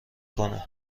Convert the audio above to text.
کنه